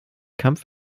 kampf